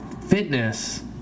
fitness